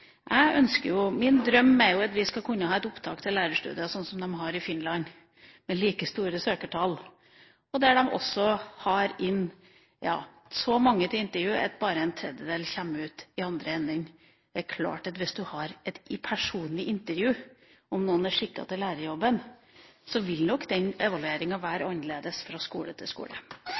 Min drøm er at vi skal kunne ha et opptak til lærerstudier som det de har i Finland, med like store søkertall. Der tar de også inn så mange til intervju at bare en tredjedel kommer ut i andre enden. Hvis man har et personlig intervju for å finne ut om man er skikket til lærerjobben, vil nok evalueringa være forskjellig fra skole til skole.